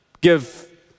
give